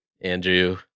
Andrew